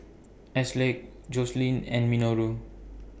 Ashleigh Joseline and Minoru